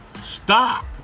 Stop